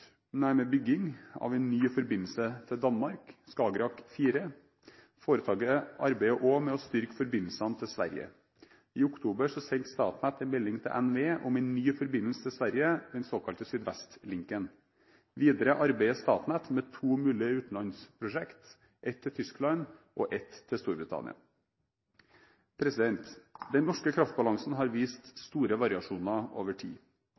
bygging av en ny forbindelse til Danmark, Skagerrak 4. Foretaket arbeider også med å styrke forbindelsene til Sverige. I oktober i fjor sendte Statnett en melding til NVE om en ny forbindelse til Sverige, den såkalte SydVestlinken. Videre arbeider Statnett med to mulige utenlandsprosjekter, ett til Tyskland og ett til Storbritannia. Den norske kraftbalansen har vist store variasjoner over tid.